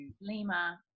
Lima